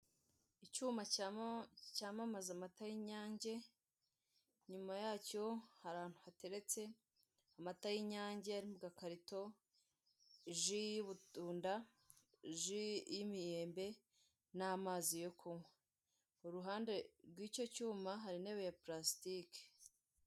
Icyuma cyamamaza amata y'Inyange, inyuma yacyo hari ahantu hateretse amata y'Inyange ari mu gakarito, ji y'ubutunda, ji y'imiyembe n'amazi yo kunywa, ku ruhande rw'icyo cyuma hari intebe ya purasitike.